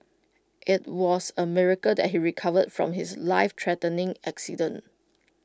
IT was A miracle that he recovered from his lifethreatening accident